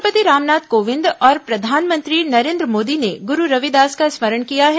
राष्ट्रपति रामनाथ कोविंद और प्रधानमंत्री नरेन्द्र मोदी ने गुरु रविदास का स्मरण किया है